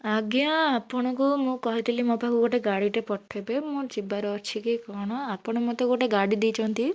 ଆଜ୍ଞା ଆପଣଙ୍କୁ ମୁଁ କହିଥିଲି ମୋ ପାଖକୁ ଗୋଟେ ଗାଡ଼ିଟେ ପଠେଇବେ ମୋ ଯିବାର ଅଛି କି କଣ ଆପଣ ମୋତେ ଗୋଟେ ଗାଡ଼ି ଦେଇଛନ୍ତି